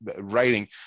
writing